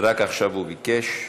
רק עכשיו הוא ביקש,